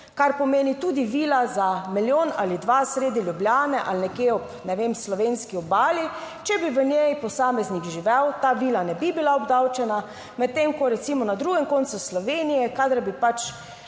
kar pomeni tudi vila za milijon ali dva sredi Ljubljane ali nekje ob ne vem, slovenski obali. Če bi v njej posameznik živel, ta vila ne bi bila obdavčena. medtem ko recimo na drugem koncu Slovenije, kadar bi pač